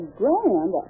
grand